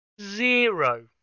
zero